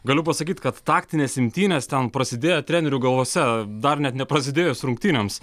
galiu pasakyti kad taktinės imtynės ten prasidėjo trenerių galvose dar net neprasidėjus rungtynėms